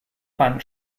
wand